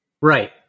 right